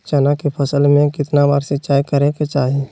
चना के फसल में कितना बार सिंचाई करें के चाहि?